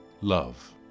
love